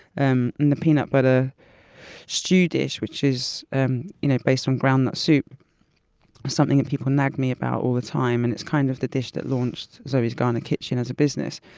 um and the peanut butter stew dish, which is um you know based on ground nut soup something that people nag be about all the time and it's kind of the dish that launched zoe's ghana kitchen as a business.